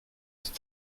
ist